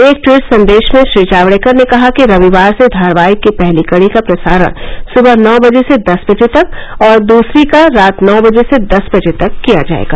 एक ट्वीट संदेश में श्री जावड़ेकर ने कहा कि रविवार से धारावाहिक की पहली कड़ी का प्रसारण सुबह नौ बजे से दस बजे तक और दूसरी का रात नौ बजे से दस बजे तक किया जाएगा